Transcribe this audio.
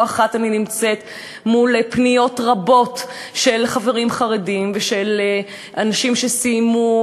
לא אחת אני עומדת מול פניות רבות של חברים חרדים ושל אנשים שסיימו